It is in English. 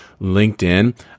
LinkedIn